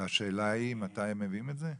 השאלה היא מתי הם מביאים את זה?